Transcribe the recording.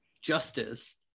justice